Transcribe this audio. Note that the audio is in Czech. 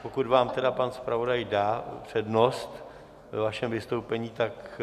Pokud vám pan zpravodaj dá přednost ve vašem vystoupení, tak...